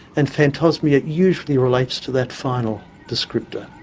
and phantosmia usually relates to that final descriptor.